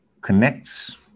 connects